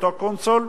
אותו קונסול,